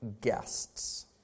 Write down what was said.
guests